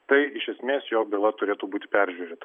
tai iš esmės jo byla turėtų būti peržiūrėta